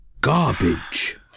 garbage